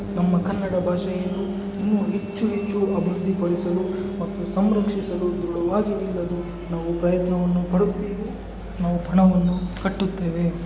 ನಮ್ಮ ಕನ್ನಡ ಭಾಷೆಯನ್ನು ಇನ್ನೂ ಹೆಚ್ಚು ಹೆಚ್ಚು ಅಭಿವೃದ್ಧಿಪಡಿಸಲು ಮತ್ತು ಸಂರಕ್ಷಿಸಲು ದೃಢವಾಗಿ ನಿಲ್ಲಲು ನಾವು ಪ್ರಯತ್ನವನ್ನು ಪಡುತ್ತೀವಿ ನಾವು ಪಣವನ್ನು ಕಟ್ಟುತ್ತೇವೆ